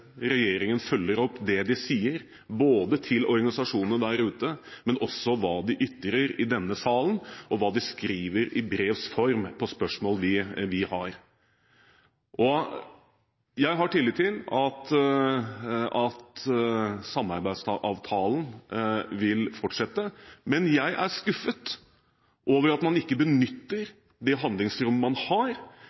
regjeringen følger opp det de sier til organisasjonene der ute, men også til hva de ytrer i denne salen, og til hva de svarer i brevs form på spørsmål vi har. Jeg har tillit til at samarbeidsavtalen vil fortsette, men jeg er skuffet over at man ikke benytter det handlingsrommet man har,